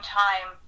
time